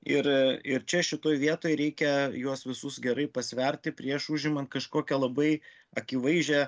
ir ir čia šitoj vietoj reikia juos visus gerai pasverti prieš užimant kažkokią labai akivaizdžią